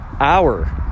hour